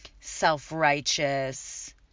self-righteous